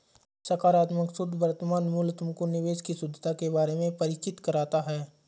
सकारात्मक शुद्ध वर्तमान मूल्य तुमको निवेश की शुद्धता के बारे में परिचित कराता है